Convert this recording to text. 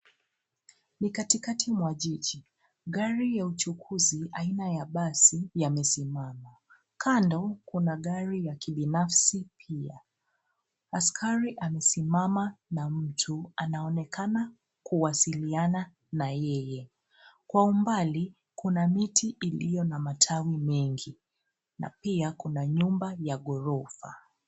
Ni katikati mwa jiji. Gari ya uchukuzi aina ya basi yamesimama. Kando kuna gari ya kibinafsi pia. Askari amesimama na mtu anaonekana kuwasiliana na yeye. Kwa umbali kuna miti iliyo na matawi mengi na pia kuna nyumba ya ghorofa.